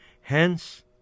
Hence